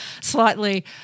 slightly